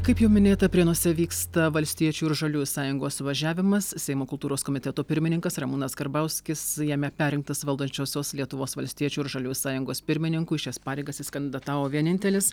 kaip jau minėta prienuose vyksta valstiečių ir žaliųjų sąjungos suvažiavimas seimo kultūros komiteto pirmininkas ramūnas karbauskis jame perrinktas valdančiosios lietuvos valstiečių ir žaliųjų sąjungos pirmininku į šias pareigas jis kandidatavo vienintelis